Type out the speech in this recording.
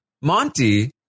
Monty